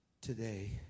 today